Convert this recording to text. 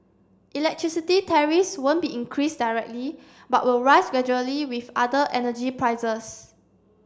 electricity tariffs won't be increased directly but will rise gradually with other energy prices